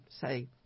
say